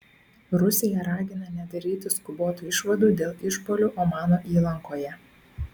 rusija ragina nedaryti skubotų išvadų dėl išpuolių omano įlankoje